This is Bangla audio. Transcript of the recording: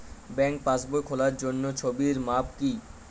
ব্যাঙ্কে পাসবই খোলার জন্য ছবির মাপ কী?